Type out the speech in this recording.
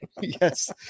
Yes